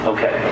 Okay